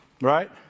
Right